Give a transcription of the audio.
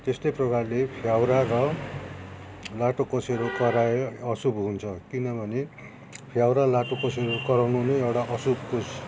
त्यस्तै प्रकारले फ्याउरा र लाटोकोसेरो करायो अशुभ हुन्छ किनभने फ्याउरा लाटोकोसेरो कराउनु नै एउटा अशुभको